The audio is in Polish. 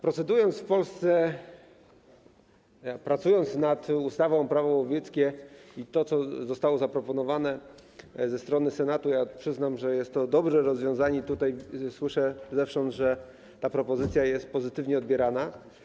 Procedując w Polsce, pracując nad ustawą - Prawo łowieckie i nad tym, co zostało zaproponowane ze strony Senatu, przyznam, że jest to dobre rozwiązanie, i tutaj zewsząd słyszę, że ta propozycja jest pozytywnie odbierana.